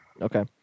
okay